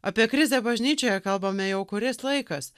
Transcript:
apie krizę bažnyčioje kalbame jau kuris laikas